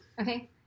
Okay